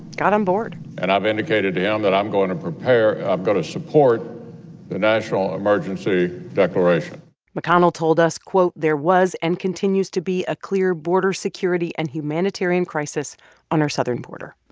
got on board. and i've indicated down that i'm going to prepare i'm going to support the national emergency declaration mcconnell told us, quote, there was and continues to be a clear border security and humanitarian crisis on our southern border.